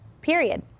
period